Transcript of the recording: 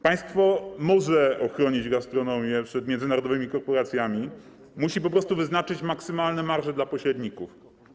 Państwo może ochronić gastronomię przed międzynarodowymi korporacjami, musi po prostu wyznaczyć maksymalne marże dla pośredników.